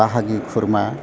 बाहागि खुरमा